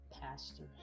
pastor